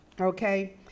Okay